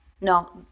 no